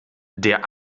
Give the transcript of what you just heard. der